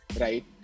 right